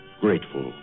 grateful